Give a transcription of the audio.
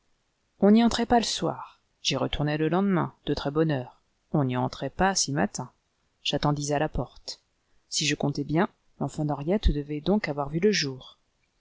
on n'y entrait pas le soir j'y retournai le lendemain de très-bonne heure on n'y entrait pas si matin j'attendis à la porte si je comptais bien l'enfant d'henriette devait donc avoir vu le jour